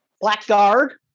Blackguard